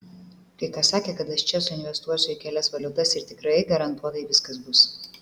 kai kas sakė kad aš čia suinvestuosiu į kelias valiutas ir tikrai garantuotai viskas bus